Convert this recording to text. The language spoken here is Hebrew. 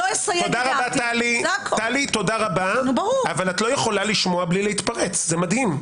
תודה רבה אבל את לא יכולה לשמוע מבלי להתפרץ.